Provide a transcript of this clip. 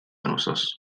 penwythnos